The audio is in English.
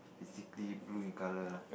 definitely blue in color lah